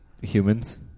humans